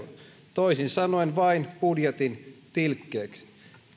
toisin sanoen vain budjetin tilkkeeksi